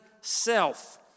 self